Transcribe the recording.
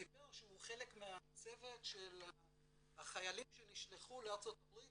סיפר שהוא חלק מהצוות של החיילים שנשלחו לארצות הברית